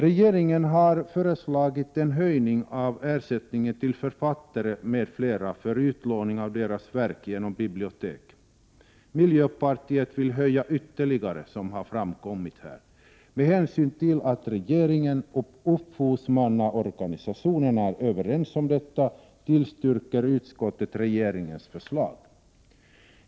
Regeringen har föreslagit en höjning av ersättningen till författare m.fl. för utlåning av deras verk genom bibliotek. Miljöpartiet vill, som har framkommit här, höja ytterligare. Med hänsyn till att regeringen och upphovsmannaorganisationerna är överens om detta, tillstyrker utskottet regeringens förslag.